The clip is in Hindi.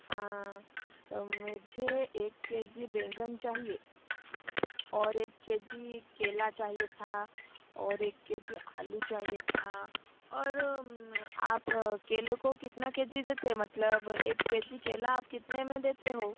हाँ मुझे एक केजी बैंगन चाहिए और एक केजी केला चाहिए था और एक केजी आलू चाहिए था और आप केले को कितना केजी देते मतलब एक केजी केला आप कितने में देते हो